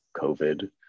COVID